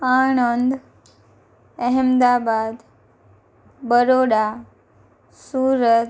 Anand Ahmedabad Baroda Surat